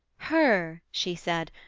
her, she said,